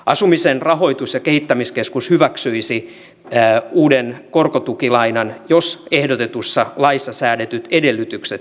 asumisen rahoitus ja kehittämiskeskus hyväksyisi uuden korkotukilainan jos ehdotetussa laissa säädetyt edellytykset täyttyvät